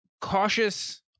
cautious